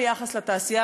ביחס לתעשייה,